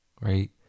Right